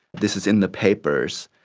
this is in the papers,